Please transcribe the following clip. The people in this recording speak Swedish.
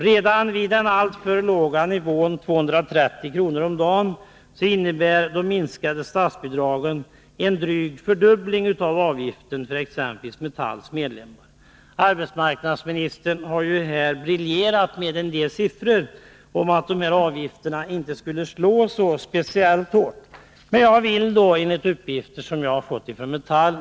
Redan vid den alltför låga nivån 230 kr. om dagen innebär det minskade statsbidraget en dryg fördubbling av avgiften för exempelvis Metalls medlemmar. Arbetsmarknadsministern har här briljerat med en del siffror, som enligt honom visar att dessa avgifter inte slår speciellt hårt. Jag vill då lämna några uppgifter som jag har fått från Metall.